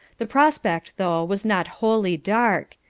the prospect, though, was not wholly dark,